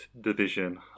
Division